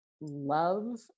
love